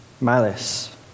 malice